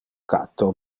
catto